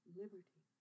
liberty